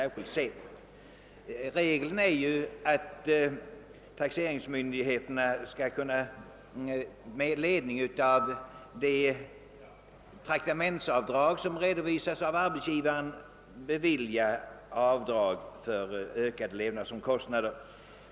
Regeln är ju den att taxeringsmyndigheterna med ledning av de traktamentsavdrag som redovisas av arbetsgivaren skall kunna bevilja avdrag för ökade levnadsomkostnader.